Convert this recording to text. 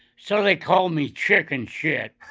so they called me chicken shit.